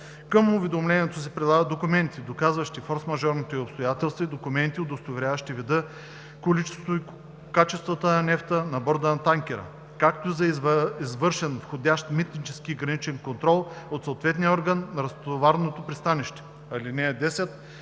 Към уведомлението се прилагат документи, доказващи форсмажорните обстоятелства, и документи, удостоверяващи вида, количеството и качеството на нефта на борда на танкера, както и за извършен входящ митнически и граничен контрол от съответните органи на разтоварното пристанище. (10)